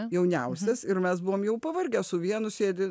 jauniausias ir mes buvom jau pavargę su vienu sėdi